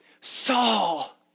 Saul